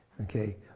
Okay